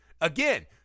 Again